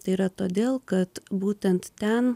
tai yra todėl kad būtent ten